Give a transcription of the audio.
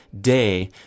day